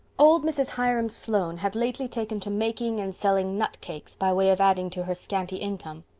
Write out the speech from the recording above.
old mrs. hiram sloane had lately taken to making and selling nut cakes by way of adding to her scanty income.